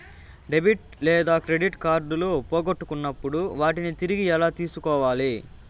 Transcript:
debit లేదా credit కార్డులు పోగొట్టుకున్నప్పుడు వాటిని తిరిగి ఎలా తీసుకోవాలి